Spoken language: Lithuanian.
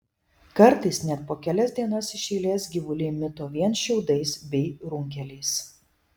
kartais net po kelias dienas iš eilės gyvuliai mito vien šiaudais bei runkeliais